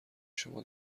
شما